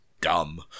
dumb